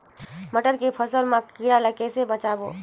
मटर के फसल मा कीड़ा ले कइसे बचाबो?